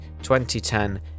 2010